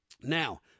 Now